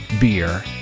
beer